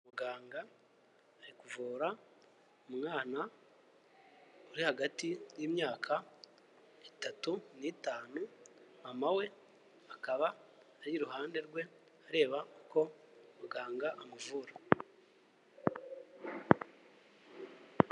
Muganga ari kuvura umwana uri hagati y'imyaka itatu n'itanu, mama we akaba ari iruhande rwe areba uko muganga amuvura.